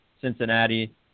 Cincinnati